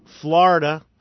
Florida